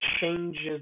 changes